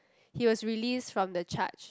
he was released from the charge